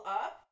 up